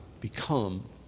become